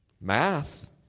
Math